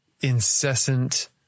incessant